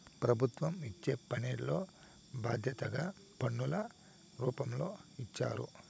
ప్రభుత్వం ఇచ్చే పనిలో బాధ్యతగా పన్నుల రూపంలో ఇచ్చారు